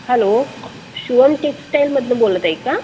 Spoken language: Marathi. हॅलो शिवम टेक्सटाईलमधून बोलत आहे का